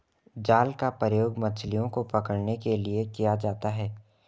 जाल का प्रयोग मछलियो को पकड़ने के लिये किया जाता है